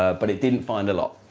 ah but it didn't find a lot.